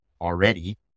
already